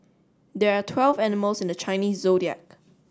there are twelve animals in the Chinese Zodiac